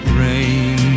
rain